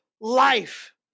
Life